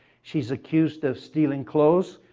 she's accused of stealing clothes.